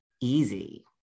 easy